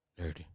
Nerdy